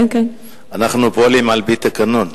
אנחנו פועלים על-פי תקנון.